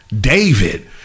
David